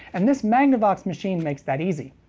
and this magnavox machine makes that easy.